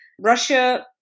Russia